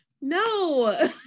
no